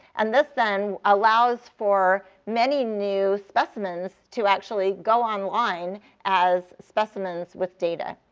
and this then allows for many new specimens to actually go online as specimens with data.